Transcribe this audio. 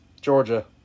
Georgia